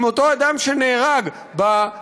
עם אותו אדם שנהרג במכונית,